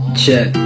check